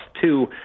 two